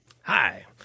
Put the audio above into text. Hi